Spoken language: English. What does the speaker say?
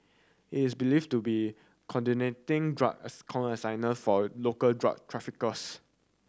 he is believed to be coordinating drug as consignment for a local drug traffickers